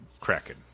Kraken